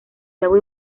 nuevo